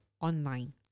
online